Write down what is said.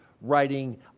writing